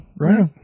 Right